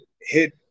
hit